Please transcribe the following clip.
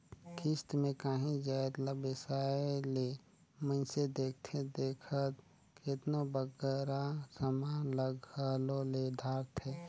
किस्त में कांही जाएत ला बेसाए ले मइनसे देखथे देखत केतनों बगरा समान ल घलो ले धारथे